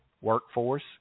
workforce